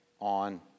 on